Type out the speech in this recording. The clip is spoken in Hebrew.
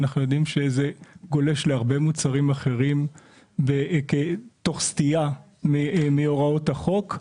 אנחנו יודעים שזה גולש להרבה מוצרים אחרים תוך סטייה מהוראות החוק,